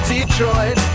Detroit